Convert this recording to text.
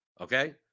Okay